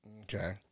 Okay